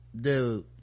Dude